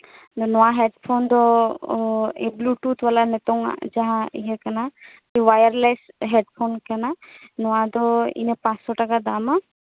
ᱱᱚᱣᱟ ᱦᱮᱰᱯᱷᱳᱱ ᱫᱚ ᱵᱩᱞᱩᱴᱩᱛᱷ ᱵᱟᱞᱟᱸ ᱱᱤᱛᱚᱜ ᱟᱜ ᱡᱟᱸᱦᱟ ᱦᱮᱡ ᱠᱟᱱᱟ ᱳᱭᱟᱨᱞᱮᱥ ᱦᱮᱰᱯᱷᱳᱱ ᱠᱟᱱᱟ ᱱᱚᱣᱟ ᱫᱚ ᱤᱱᱟᱹ ᱯᱟᱸᱥᱥᱳ ᱴᱟᱠᱟ ᱫᱟᱢ ᱠᱟᱱᱟ